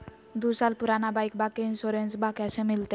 दू साल पुराना बाइकबा के इंसोरेंसबा कैसे मिलते?